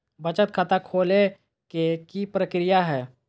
बचत खाता खोले के कि प्रक्रिया है?